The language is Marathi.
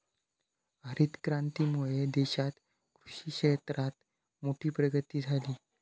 हरीत क्रांतीमुळे देशात कृषि क्षेत्रात मोठी प्रगती झाली